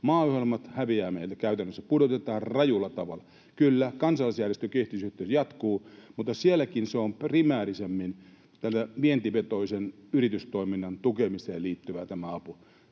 Maaohjelmat häviävät meiltä käytännössä, pudotetaan rajulla tavalla. Kyllä, kansalaisjärjestöjen kehitysyhteistyö jatkuu, mutta sielläkin tämä apu on primäärisemmin vientivetoisen yritystoiminnan tukemiseen liittyvää.